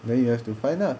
then you have to find ah